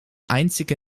einzige